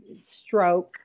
stroke